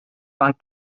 created